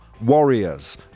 warriors